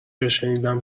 هاشنیدم